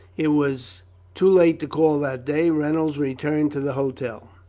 it was too late to call that day. reynolds returned to the hotel.